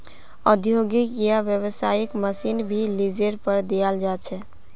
औद्योगिक या व्यावसायिक मशीन भी लीजेर पर दियाल जा छे